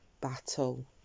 battle